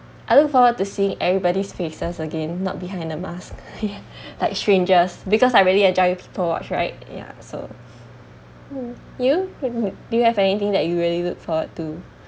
I look forward to seeing everybody's faces again not behind a mask like strangers because I really enjoy people watch right ya so you do you have anything that you really look forward to